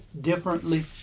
differently